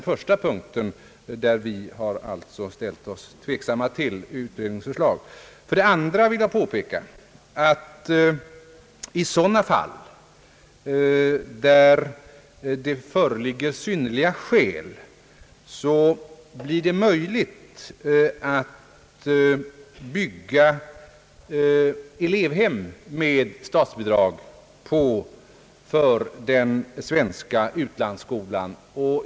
För det andra vill jag påpeka att i de fall där synnerliga skäl föreligger blir det möjligt att bygga elevhem med statsbidrag för den svenska utlandsskolan.